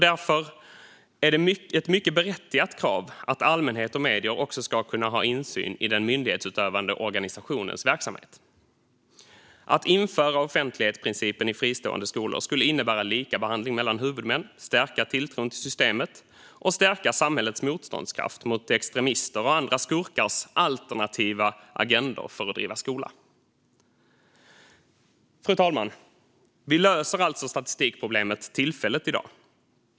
Därför är det ett mycket berättigat krav att allmänhet och medier också ska kunna ha insyn i den myndighetsutövande organisationens verksamhet. Att införa offentlighetsprincipen i fristående skolor skulle innebära likabehandling mellan huvudmän, stärka tilltron till systemet och stärka samhällets motståndskraft mot extremisters och andra skurkars alternativa agendor för att driva skola. Fru talman! Vi löser alltså statistikproblemet tillfälligt i dag.